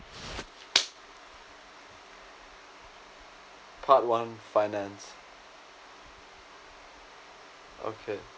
part one finance okay